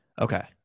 okay